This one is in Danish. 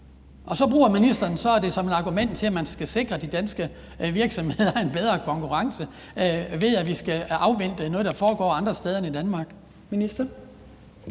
og så bruger ministeren det så som et argument for, at man skal sikre de danske virksomheder en bedre konkurrence, ved at vi skal afvente noget, der foregår andre steder end i Danmark. Kl.